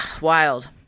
wild